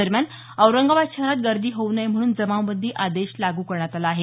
दरम्यान औरंगाबाद शहरात गर्दी होऊ नये म्हणून जमावबंदी आदेश लागू करण्यात आला आहे